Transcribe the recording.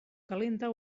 calenta